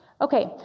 Okay